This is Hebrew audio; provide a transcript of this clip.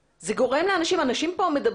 כן, אבל יש פה אמצעי חימום שיש לו אלטרנטיבות.